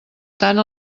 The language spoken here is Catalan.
tant